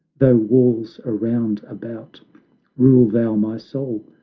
though walls are round about rule thou my soul,